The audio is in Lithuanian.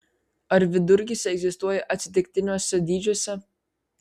ar vidurkis egzistuoja atsitiktiniuose dydžiuose